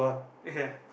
ya